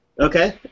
Okay